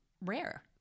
rare